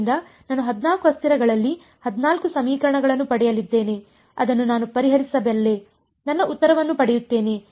ಆದ್ದರಿಂದ ನಾನು 14 ಅಸ್ಥಿರಗಳಲ್ಲಿ 14 ಸಮೀಕರಣಗಳನ್ನು ಪಡೆಯಲಿದ್ದೇನೆ ಅದನ್ನು ನಾನು ಪರಿಹರಿಸಬಲ್ಲೆ ನನ್ನ ಉತ್ತರವನ್ನು ಪಡೆಯುತ್ತೇನೆ